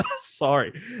sorry